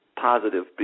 positive